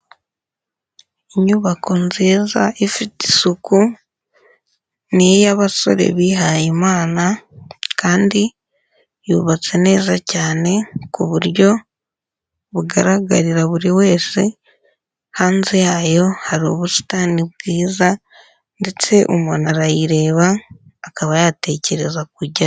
Inyubako nziza ifite isuku, ni iy'abasore bihayeyi imana kandi yubatse neza cyane ku buryo bugaragarira buri wese, hanze yayo hari ubusitani bwiza ndetse umuntu arayireba akaba yatekereza kujyayo.